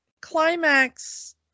climax